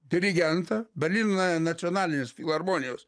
dirigentą berlyno nacionalinės filharmonijos